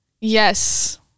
Yes